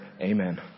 Amen